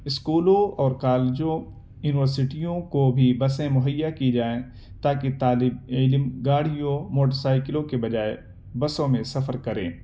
اسکولوں اور کالجوں یونیورسٹیوں کو بھی بسیں مہیا کی جائیں تاکہ طالب علم گاڑیوں موٹو سائیکلوں کے بجائے بسوں میں سفر کریں